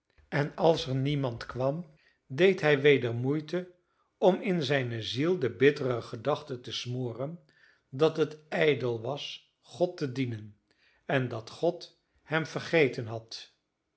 en als er niemand kwam deed hij weder moeite om in zijne ziel de bittere gedachte te smoren dat het ijdel was god te dienen en dat god hem vergeten had